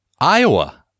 Iowa